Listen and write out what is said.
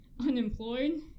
unemployed